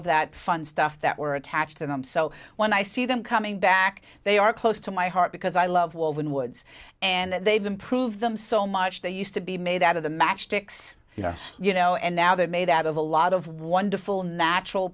of that fun stuff that were attached and i'm so when i see them coming back they are close to my heart because i love woven woods and they've improved them so much they used to be made out of the match sticks yes you know and now they're made out of a lot of wonderful natural